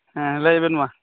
ᱦᱮᱸ ᱞᱟᱹᱭᱵᱮᱱ ᱢᱟ